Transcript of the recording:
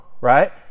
right